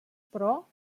però